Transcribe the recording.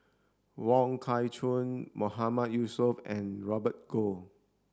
Wong Kah Chun Mahmood Yusof and Robert Goh